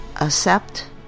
accept